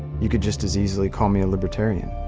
you could just as easily call me a libertarian.